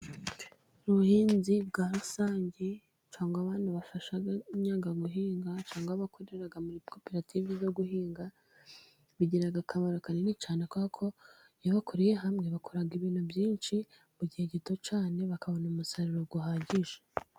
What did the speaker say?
Ubuhinzi bwa rusange, cyangwa abandi bafashanya guhinga, usanga abakoreraga muri koperative zo guhinga, bigiga akamaro kanini cyane, kuberako iyo bakoreye hamwe bakora ibintu byinshi mu gihe gito cyane, bakabona umusaruro uhagije.